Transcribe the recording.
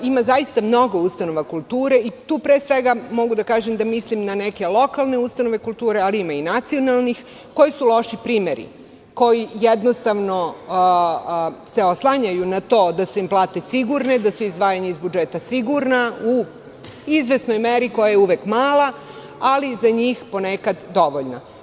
Ima zaista mnogo ustanova kulture i tu mogu da kažem da mislim na neke lokalne ustanove kulture, ali ima i nacionalnih koje su loši primeri, koji se jednostavno oslanjaju na to da su im plate sigurne, da su im izdvajanja iz budžeta sigurna koja je u izvesnoj meri mala, ali za njih ponekad dovoljna.